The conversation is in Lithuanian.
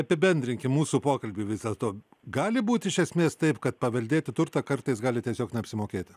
apibendrinkim mūsų pokalbį vis dėlto gali būti iš esmės taip kad paveldėti turtą kartais gali tiesiog neapsimokėti